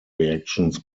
reactions